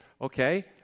okay